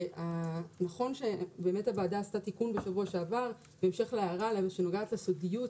שנכון שבאמת הוועדה עשתה תיקון בשבוע שעבר בהמשך להערה שנוגעת לסודיות